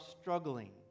struggling